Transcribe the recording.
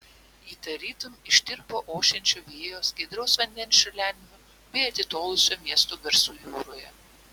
ji tarytum ištirpo ošiančio vėjo skaidraus vandens čiurlenimo bei atitolusio miesto garsų jūroje